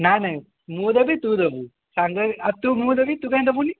ନାଇଁ ନାଇଁ ମୁଁ ଦେବି ତୁ ଦେବୁ ସାଙ୍ଗ ହେଇକି ଆଉ ମୁଁ ଦେବି ତୁ କାଇଁ ଦେବୁନି